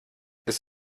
ist